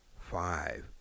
five